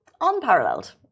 unparalleled